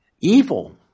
evil